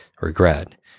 regret